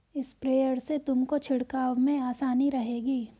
sprayer से तुमको छिड़काव में आसानी रहेगी